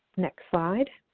next slide.